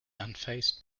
unfazed